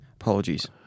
Apologies